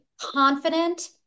confident